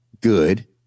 good